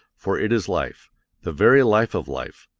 for it is life the very life of life.